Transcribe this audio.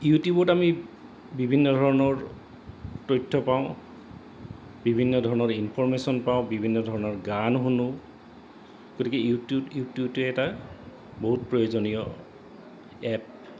ইউটিউবত আমি বিভিন্ন ধৰণৰ তথ্য পাওঁ বিভিন্ন ধৰণৰ ইনফমেশ্যন পাওঁ বিভিন্ন ধৰণৰ গান শুনো গতিকে ইউটিউব ইউটিউটো এটা বহুত প্ৰয়োজনীয় এপ